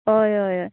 हय हय हय